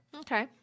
Okay